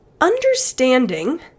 understanding